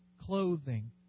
clothing